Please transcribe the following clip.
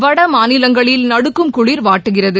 வடமாநிலங்களில் நடுக்கும் குளிர் வாட்டுகிறது